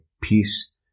peace